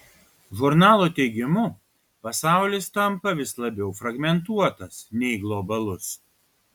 žurnalo teigimu pasaulis tampa vis labiau fragmentuotas nei globalus